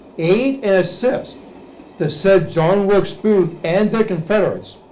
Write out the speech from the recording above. aid and assist the said john wilkes booth and their confederates,